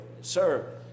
sir